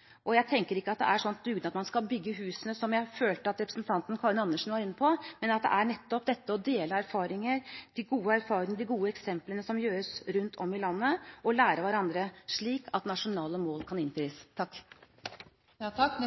viktig. Jeg tenker ikke at det er en sånn dugnad at man skal bygge husene, som jeg følte at representanten Karin Andersen var inne på, men at det nettopp er å dele de gode erfaringene og de gode eksemplene rundt om i landet og lære av hverandre, slik at de nasjonale målene kan innfris. Jeg vil takke